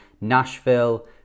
Nashville